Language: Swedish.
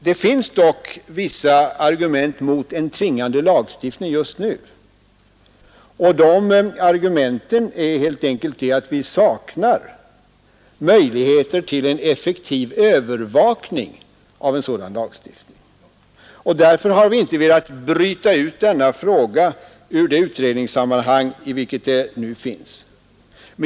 Det finns dock vissa argument mot en tvingande lagstiftning just nu, och ett av de argumenten är helt enkelt att vi saknar möjligheter till en effektiv övervakning av en sådan lagstiftning. Vi har inte velat bryta ut denna fråga ur det utredningssammanhang i vilket den nu finns.